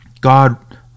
God